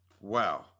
Wow